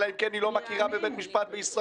אלא אם כן היא לא מכירה בבית משפט בישראל.